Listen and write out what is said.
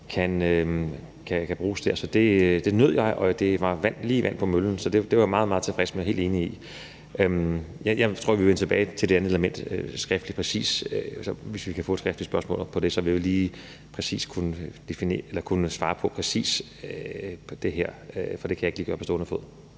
kan bruges dér. Så det nød jeg, og det var lige vand på møllen. Så det var jeg meget, meget tilfreds med og helt enig i. Jeg tror, at jeg vil vende tilbage til det andet element skriftligt. Hvis vi kan få et skriftligt spørgsmål om det, vil vi kunne svare på præcis det her. Det kan jeg ikke lige gøre på stående fod.